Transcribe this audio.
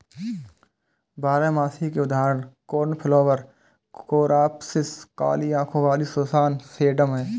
बारहमासी के उदाहरण कोर्नफ्लॉवर, कोरॉप्सिस, काली आंखों वाली सुसान, सेडम हैं